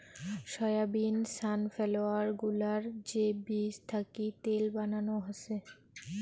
soybean, sunflower গুলার যে বীজ থাকি তেল বানানো হসে